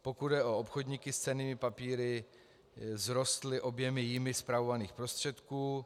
Pokud jde o obchodníky s cennými papíry, vzrostly objemy jimi spravovaných prostředků.